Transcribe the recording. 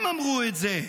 הם אמרו את זה.